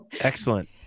Excellent